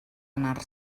anar